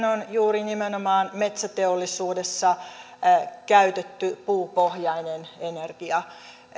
on juuri nimenomaan metsäteollisuudessa käytetty puupohjainen energia